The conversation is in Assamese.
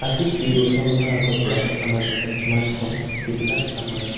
আজি কেইবছৰমানৰ আগৰ পৰাহে আমাৰ যোনবিলাক স্মাৰ্ট ফ'ন সেইবিলাক আমাৰ